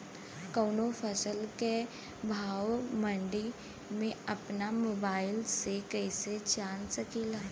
कवनो फसल के भाव मंडी के अपना मोबाइल से कइसे जान सकीला?